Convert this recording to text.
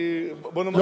בוא נאמר,